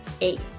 eight